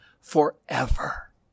forever